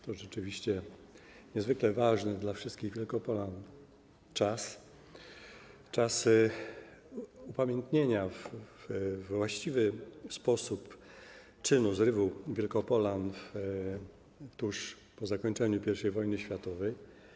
To rzeczywiście niezwykle ważny czas dla wszystkich Wielkopolan, czas upamiętnienia we właściwy sposób czynu, zrywu Wielkopolan tuż po zakończeniu I wojny światowej.